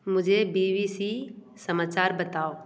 मुझे B B C समाचार बताओ